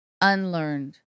unlearned